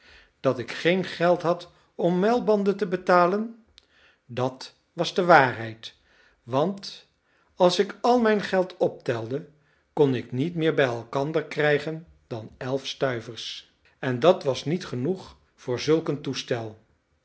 dat ik geen geld had om muilbanden te betalen dat was de waarheid want als ik al mijn geld optelde kon ik niet meer bij elkander krijgen dan elf stuivers en dat was niet genoeg voor zulk een toestel